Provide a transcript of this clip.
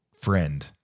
Friend